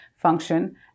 function